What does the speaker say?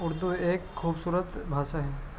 اردو ایک خوبصورت بھاشا ہے